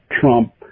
Trump